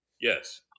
yes